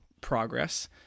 progress